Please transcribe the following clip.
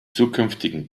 zukünftigen